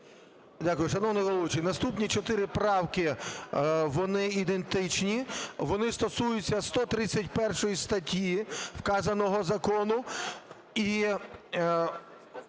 Дякую. Шановний головуючий, наступні чотири правки, вони ідентичні. Вони стосуються 131 статті вказаного закону,